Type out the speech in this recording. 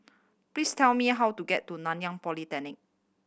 please tell me how to get to Nanyang Polytechnic